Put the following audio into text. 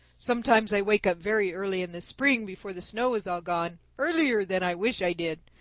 sometimes i wake up very early in the spring before the snow is all gone, earlier than i wish i did.